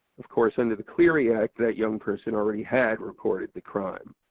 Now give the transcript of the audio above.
of course under the clery act that young person already had reported the crime.